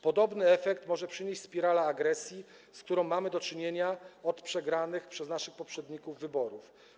Podobny efekt może przynieść spirala agresji, z którą mamy do czynienia od przegranych przez naszych poprzedników wyborów.